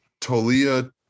Tolia